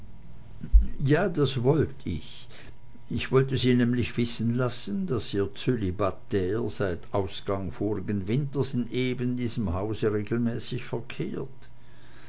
ja das wollt ich ich wollte sie nämlich wissen lassen daß ihr clibataire seit ausgang vorigen winters in eben diesem hause regelmäßig verkehrt